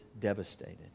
devastated